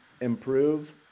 improve